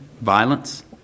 violence